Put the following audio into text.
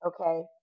okay